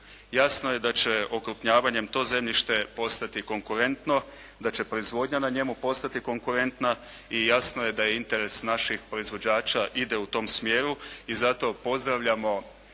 Jasno je da će okrupnjavanjem to zemljište postati konkurentno, da će proizvodnja na njemu postati konkurentna i jasno je da interes naših proizvođača ide u tom smjeru i zato pozdravljamo